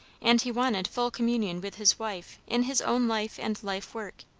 and he wanted full communion with his wife in his own life and life-work.